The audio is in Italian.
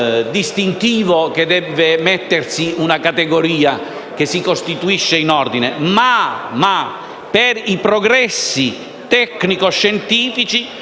distintivo che deve mettersi una categoria che si costituisce in ordine, ma per i progressi tecnico-scientifici